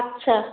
ଆଛା